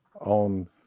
on